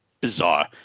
bizarre